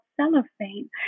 cellophane